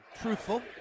truthful